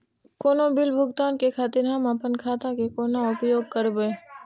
कोनो बील भुगतान के खातिर हम आपन खाता के कोना उपयोग करबै?